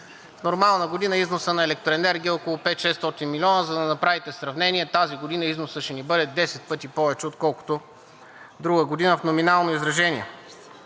В нормална година износът на електроенергия е около 500 – 600 милиона, за да направите сравнение, тази година износът ни ще бъде 10 пъти повече, отколкото друга година в номинално изражение.